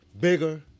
bigger